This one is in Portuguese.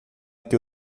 que